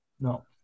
no